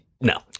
no